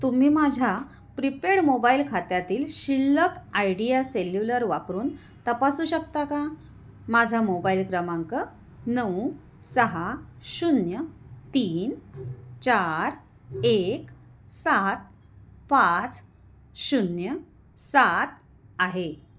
तुम्ही माझ्या prepaid mobile खात्यातील शिल्लक आयडीया सेल्युलर वापरून तपासू शकता का माझा मोबाईल क्रमांक नऊ सहा शून्य तीन चार एक सात पाच शून्य सात आहे